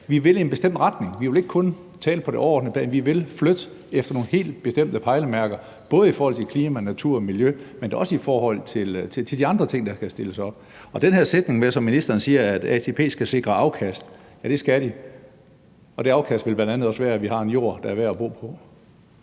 vi vil i en bestemt retning, at vi ikke kun vil tale på det overordnede plan, og at vi vil flytte os efter nogle helt bestemte pejlemærker, både i forhold til klima, natur og miljø, men da også i forhold til de andre ting, der kan stilles op. Og i forhold til den her sætning, som ministeren siger, med, at ATP skal sikre afkast, vil jeg sige, at det skal de, og det afkast ville bl.a. også være, at vi har en Jord, der er værd at bo på.